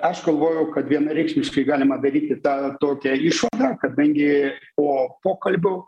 aš galvojau kad vienareikšmiškai galima daryti tą tokią išvadą kadangi po pokalbių